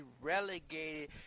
relegated